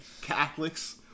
Catholics